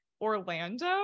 Orlando